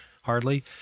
hardly